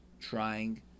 trying